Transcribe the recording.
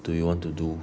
do you want to do